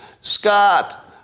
Scott